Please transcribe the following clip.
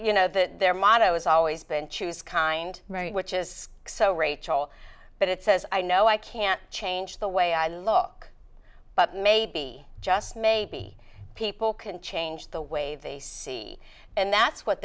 you know that their motto has always been choose kind which is so rachel but it says i know i can't change the way i look but maybe just maybe people can change the way they see and that's what